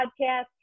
podcast